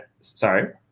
Sorry